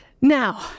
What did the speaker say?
Now